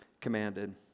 commanded